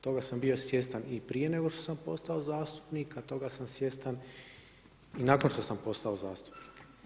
Toga sam bio svjestan i prije nego što sam postao zastupnik, a toga sam svjestan i nakon što sam postao zastupnik.